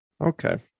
Okay